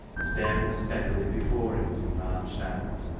staring steadily before him as he marched out.